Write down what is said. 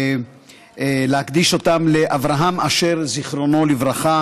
להקדיש אותה לאברהם אשר, זיכרונו לברכה,